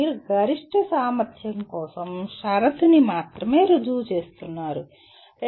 మీరు గరిష్ట సామర్థ్యం కోసం షరతు ని మాత్రమే రుజువు చేస్తున్నారు